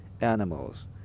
animals